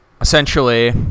essentially